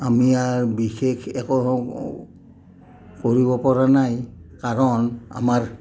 আমি আৰু বিশেষ একো কৰিব পৰা নাই কাৰণ আমাৰ